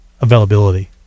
availability